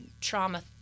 trauma